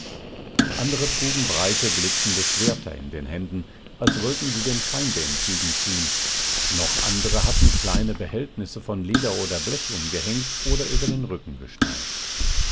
andre trugen breite blitzende schwerter in den händen als wollten sie dem feinde entgegenziehen noch andere hatten kleine behältnisse von leder oder blech umgehängt oder über den rücken geschnallt